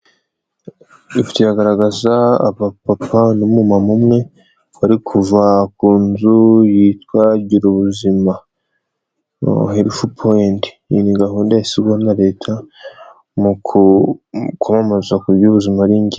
Kiragaragaza aba papa n'umuma umwe uri kuva ku nzu yitwa girubuzima herifu powent iyi ni gahunda ishyirwaho na leta mu kwamamaza uburyo ubuzima arigenzi.